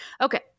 Okay